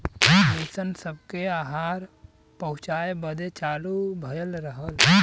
mission सबके आहार पहुचाए बदे चालू भइल रहल